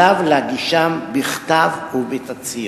עליו להגישם בכתב ובתצהיר.